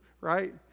right